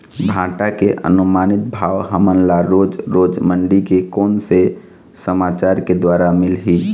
भांटा के अनुमानित भाव हमन ला रोज रोज मंडी से कोन से समाचार के द्वारा मिलही?